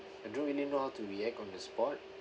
I don't really know how to react on the spot